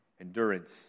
endurance